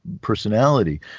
personality